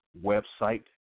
website